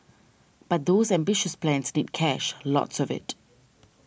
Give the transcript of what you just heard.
but those ambitious plans need cash lots of it